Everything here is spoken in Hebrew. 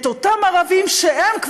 את אותם ערבים שהם,